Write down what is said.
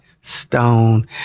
Stone